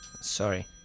Sorry